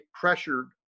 pressured